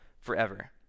forever